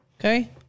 Okay